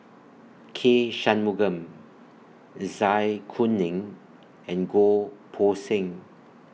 K Shanmugam Zai Kuning and Goh Poh Seng